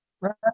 right